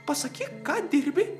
pasakyk ką dirbi